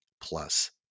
Plus